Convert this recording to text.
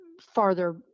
farther